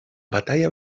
batalla